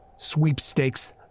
Sweepstakes